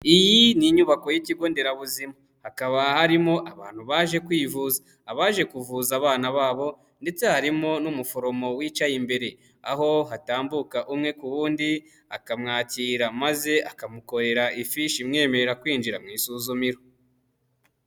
Iyi ni inyubako y'ikigo nderabuzima, hakaba harimo abantu baje kwivuza abaje kuvuza abana babo ndetse harimo n'umuforomo wicaye imbere, aho hatambuka umwe ku wundi akamwakira maze akamukorera ifishi imwemerera kwinjira mu isuzumiro.